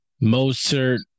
Mozart